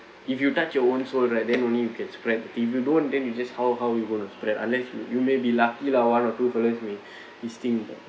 if you touch your own soul right then only you can spread if you don't then you just how how you going to spread unless you you may be lucky lah one or two fellas may this thing but